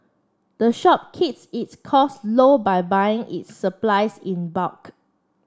the shop keeps its costs low by buying its supplies in bulk